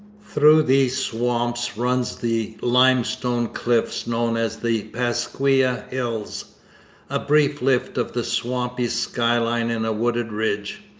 through these swamps runs the limestone cliff known as the pasquia hills a blue lift of the swampy sky-line in a wooded ridge.